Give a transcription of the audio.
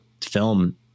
film